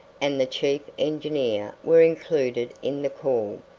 and the chief engineer were included in the call,